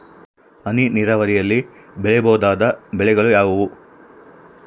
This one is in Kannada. ಹನಿ ನೇರಾವರಿಯಲ್ಲಿ ಬೆಳೆಯಬಹುದಾದ ಬೆಳೆಗಳು ಯಾವುವು?